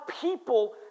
people